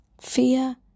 Fear